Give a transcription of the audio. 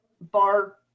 bar